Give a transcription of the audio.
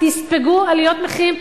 תספגו עליות מחירים,